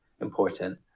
important